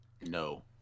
No